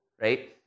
right